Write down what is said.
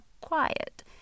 quiet